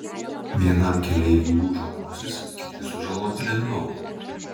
vienam keleiviui lūžo nosis kiti sužaloti lengviau